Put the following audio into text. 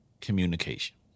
communication